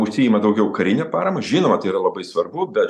užsiima daugiau karine parama žinoma tai yra labai svarbu bet